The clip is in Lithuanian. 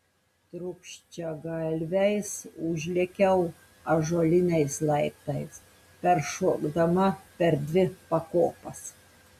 trūkčiagalviais užlėkiau ąžuoliniais laiptais peršokdama per dvi pakopas